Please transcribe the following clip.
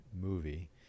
movie